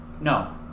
No